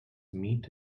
meat